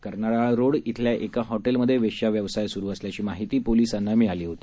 कर्नाळरोड श्वल्या एका हॉटेलमधे वेश्याव्यवसाय सुरू असल्याची माहिती पोलिसांना मिळाली होती